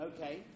Okay